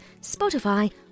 Spotify